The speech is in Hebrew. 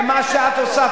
ומה שאת עושה,